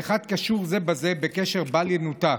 ואחד קשור זה בזה בקשר בל ינותק.